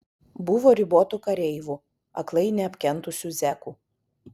buvo ribotų kareivų aklai neapkentusių zekų